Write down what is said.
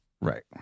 right